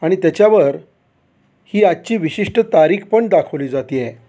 आणि त्याच्यावर ही आजची विशिष्ट तारीख पण दाखवली जाते आहे